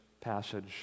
passage